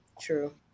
True